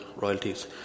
royalties